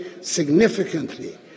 significantly